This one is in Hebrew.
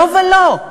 לא ולא,